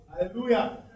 Hallelujah